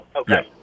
Okay